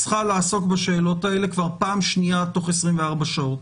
צריכה לעסוק בשאלות האלה כבר פעם שנייה תוך 24 שעות